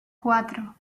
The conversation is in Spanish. cuatro